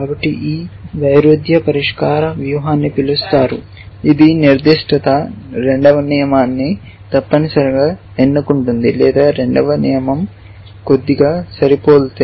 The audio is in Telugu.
కాబట్టి ఈ వైరుధ్య పరిష్కార వ్యూహాన్ని పిలుస్తారు ఇది నిర్దిష్టత రెండవ నియమాన్ని తప్పనిసరిగా ఎన్నుకుంటుంది లేదా రెండవ నియమం కొద్దిగా సరిపోలితే